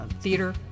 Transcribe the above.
theater